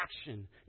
action